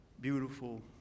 beautiful